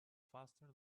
faster